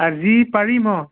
আজি পাৰিম অ